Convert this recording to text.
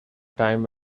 time